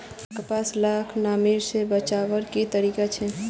कपास लाक नमी से बचवार की तरीका छे?